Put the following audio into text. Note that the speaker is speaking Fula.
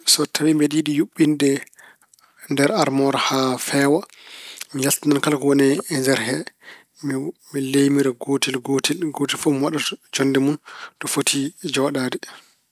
So tawi mbeɗa yiɗi yuɓɓinde nder armoor haa feewa, mi yaltinan kala ko woni e nder he. Mi leemira gootel gootel. Gootel fof mi waɗa jonnde mun, fof foti jooɗaade.